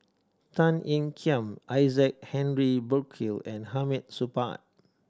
Tan Ean Kiam Isaac Henry Burkill and Hamid Supaat